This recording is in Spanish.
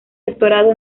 doctorado